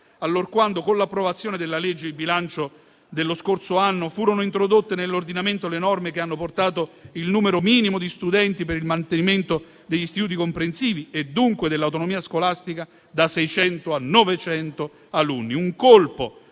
allorquando, con l'approvazione della legge di bilancio dello scorso anno, furono introdotte nell'ordinamento le norme che hanno portato il numero minimo di studenti per il mantenimento degli istituti comprensivi e dunque dell'autonomia scolastica da 600 a 900 alunni. Un colpo